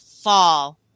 fall